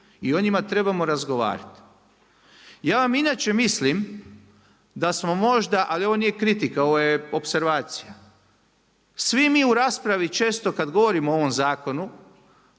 i o njima trebamo razgovarati. Ja vam inače mislim da smo možda, ali ovo nije kritika, ovo je opservacija. Svi mi u raspravi često kad govorimo o ovom zakonu